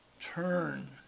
Turn